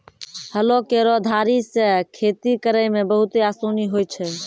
हलो केरो धारी सें खेती करै म बहुते आसानी होय छै?